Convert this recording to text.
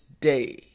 day